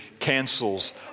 cancels